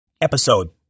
Episode